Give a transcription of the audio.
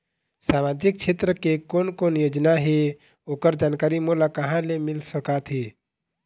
सामाजिक क्षेत्र के कोन कोन योजना हे ओकर जानकारी मोला कहा ले मिल सका थे?